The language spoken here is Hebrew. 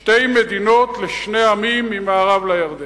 שתי מדינות לשני עמים ממערב לירדן.